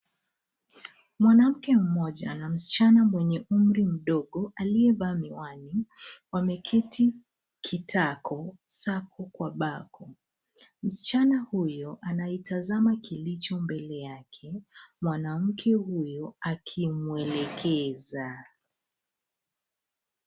Mwanamke mmoja na msichana mwenye umri mdogo aliyevaa miwani wameketi kitako, sako kwa bako. Msichana huyo anaitazama kilicho mbele yake, mwanamke huyo akimuelekeza.